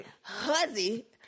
Huzzy